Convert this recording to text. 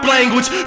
language